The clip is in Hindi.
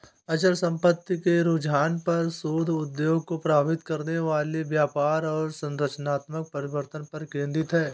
अचल संपत्ति के रुझानों पर शोध उद्योग को प्रभावित करने वाले व्यापार और संरचनात्मक परिवर्तनों पर केंद्रित है